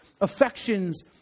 affections